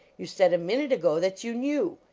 you said a minute ago that you knew.